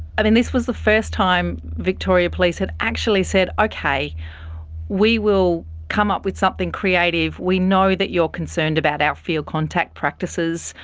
i mean, this was the first time victoria police had actually said, okay, we will come up with something creative. we know that you're concerned about our field contact practices.